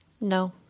No